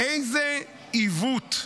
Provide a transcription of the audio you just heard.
איזה עיוות,